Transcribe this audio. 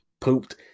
pooped